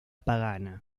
pagana